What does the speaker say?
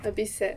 a bit sad